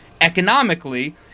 economically